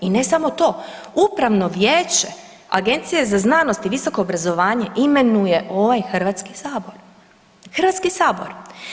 I ne samo to Upravno vijeće Agencije za znanost i visoko obrazovanje imenuje ovaj Hrvatski sabor, Hrvatski sabor.